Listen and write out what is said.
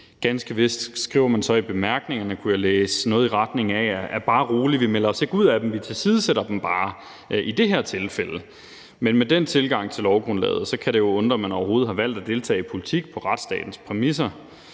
Ganske vist skriver man så i bemærkningerne, kunne jeg læse, noget i retning af: Bare rolig, vi melder os ikke ud af dem, vi tilsidesætter dem bare i det her tilfælde. Men med den tilgang til lovgrundlaget kan det jo undre, at man overhovedet har valgt at deltage i politik på retsstatens præmisser;